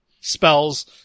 spells